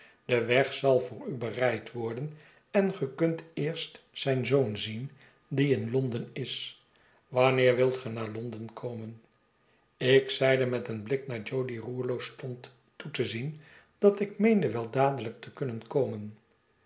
de weg zal voor u bereid worden en ge kunt eerst zijn zoon zien die te londen is wanneer yvilt ge naar londen komen ik zeide met een blik naar jo die roerloos stond toe te zien dat ik meende wel dadelijk te kunnen komen